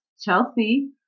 Chelsea